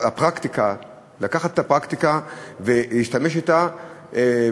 לקחת את הפרקטיקה ולהשתמש בה,